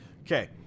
Okay